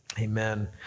Amen